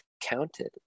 counted